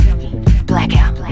blackout